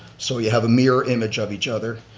so we have a mirror image of each other,